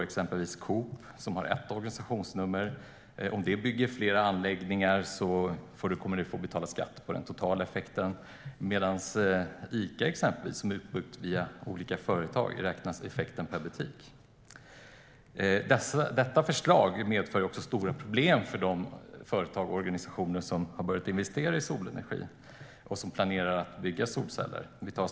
Om exempelvis Coop, med ett enda organisationsnummer, bygger flera anläggningar får de betala skatt för den totala effekten, medan man för Ica, som är uppbyggt via olika företag, räknar effekten per butik. Detta förslag medför också stora problem för de företag och organisationer som har börjat investera i solenergi och som planerar att bygga solcellsanläggningar.